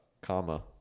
comma